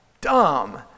dumb